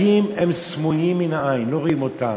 הדגים הם סמויים מן העין, לא רואים אותם,